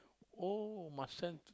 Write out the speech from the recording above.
oh must send